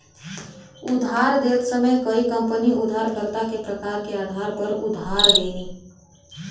उधार देत समय कई कंपनी उधारकर्ता के प्रकार के आधार पर उधार देनी